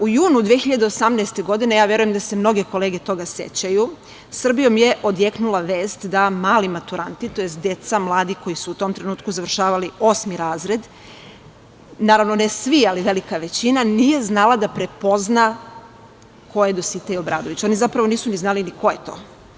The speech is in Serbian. U junu 2018 godine, ja verujem da se mnoge kolege toga sećaju, Srbijom je odjeknula vest da mali maturanti, tj. mladi koji su u tom trenutku završavali osmi razred, naravno ne svi ali velika većina nije znala da prepozna ko je Dositej Obradović, oni zapravo nisu znali ko je to.